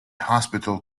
hospital